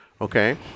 Okay